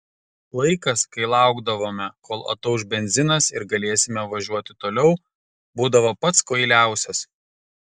laikas kai laukdavome kol atauš benzinas ir galėsime važiuoti toliau būdavo pats kvailiausias